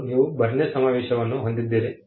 ಮೊದಲು ನೀವು BERNE ಸಮಾವೇಶವನ್ನು ಹೊಂದಿದ್ದೀರಿ